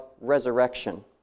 resurrection